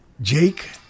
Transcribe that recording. Jake